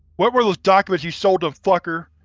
what were those documents you sold them, fucker!